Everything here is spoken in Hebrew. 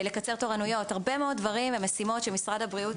לקצר תורנויות הרבה מאוד דברים ומשימות שמשרד הבריאות